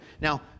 Now